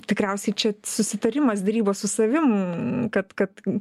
tikriausiai čia susitarimas derybos su savim kad kad